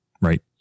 right